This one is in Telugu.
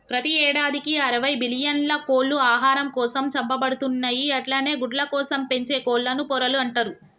ప్రతి యేడాదికి అరవై బిల్లియన్ల కోళ్లు ఆహారం కోసం చంపబడుతున్నయి అట్లనే గుడ్లకోసం పెంచే కోళ్లను పొరలు అంటరు